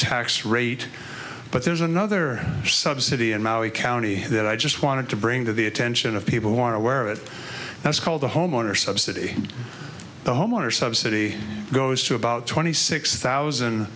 tax rate but there's another subsidy and now we county that i just wanted to bring to the attention of people who are aware of it that's called the homeowner subsidy the homeowner subsidy goes to about twenty six thousand